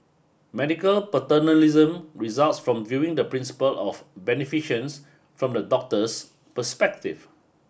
medical paternalism results from viewing the principle of beneficence from the doctor's perspective